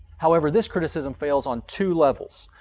however, this criticism fails on two levels.